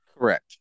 Correct